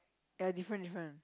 ya different different